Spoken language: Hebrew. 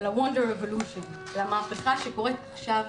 ל-wonder revolution, למהפכה שקורית עכשיו.